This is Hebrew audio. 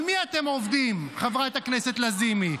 על מי אתם עובדים, חברת הכנסת לזימי?